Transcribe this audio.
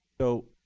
so,